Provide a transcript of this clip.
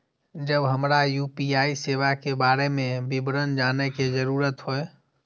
जब हमरा यू.पी.आई सेवा के बारे में विवरण जानय के जरुरत होय?